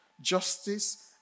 justice